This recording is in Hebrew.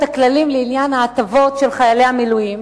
הכללים בעניין ההטבות לחיילי המילואים,